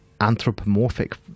anthropomorphic